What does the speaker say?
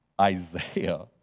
Isaiah